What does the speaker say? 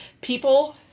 People